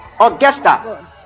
Augusta